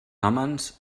hòmens